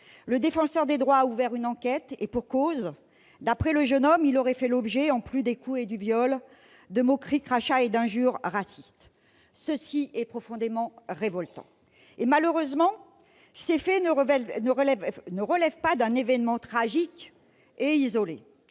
Le Défenseur des droits a ouvert une enquête. Et pour cause : d'après ses déclarations, le jeune homme aurait fait l'objet, en plus des coups et du viol, de moqueries, de crachats et d'injures racistes. Cela est profondément révoltant ! Malheureusement, ces faits ne constituent pas un événement tragique et isolé